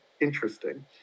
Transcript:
interesting